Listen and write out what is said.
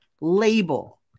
label